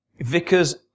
Vickers